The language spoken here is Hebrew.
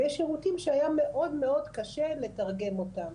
יש שירותים שהיה מאוד מאוד קשה לתרגם אותם.